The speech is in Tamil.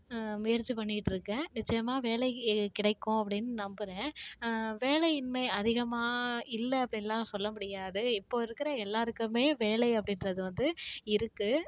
முயற்சி பண்ணிகிட்ருக்கேன் நிச்சயமாக வேலை எ கிடைக்கும் அப்படின்னு நம்புகிறேன் வேலையின்மை அதிகமாக இல்லை அப்படில்லாம் சொல்ல முடியாது இப்போது இருக்கிற எல்லாருக்குமே வேலை அப்படின்றது வந்து இருக்குது